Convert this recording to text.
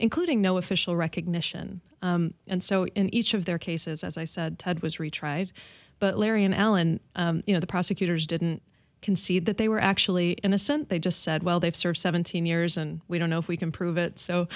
including no official recognition and so in each of their cases as i said ted was retried but larry and alan you know the prosecutors didn't concede that they were actually innocent they just said well they've served seventeen years and we don't know if we can prove it so